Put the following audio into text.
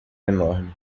enorme